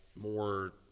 more